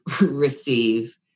receive